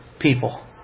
people